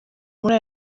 muri